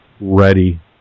ready